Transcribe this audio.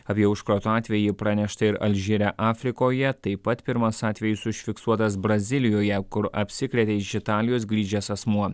apie užkrato atvejį pranešta ir alžyre afrikoje taip pat pirmas atvejis užfiksuotas brazilijoje kur apsikrėtė iš italijos grįžęs asmuo